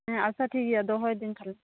ᱟᱪᱷᱟ ᱴᱷᱤᱠ ᱜᱮᱭᱟ ᱫᱚᱦᱚᱭᱮᱫᱟᱹᱧ ᱛᱟᱦᱚᱞᱮ